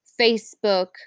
Facebook